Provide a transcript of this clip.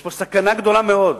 יש פה סכנה גדולה מאוד.